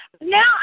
Now